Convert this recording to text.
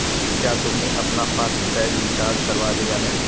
क्या तुमने अपना फास्ट टैग रिचार्ज करवा लिया है?